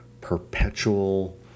perpetual